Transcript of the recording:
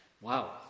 Wow